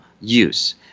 use